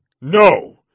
No